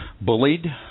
Bullied